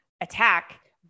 attack